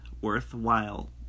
worthwhile